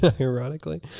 ironically